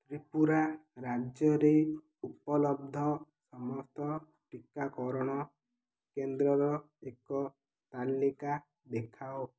ତ୍ରିପୁରା ରାଜ୍ୟରେ ଉପଲବ୍ଧ ସମସ୍ତ ଟିକାକରଣ କେନ୍ଦ୍ରର ଏକ ତାଲିକା ଦେଖାଅ